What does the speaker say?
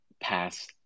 pass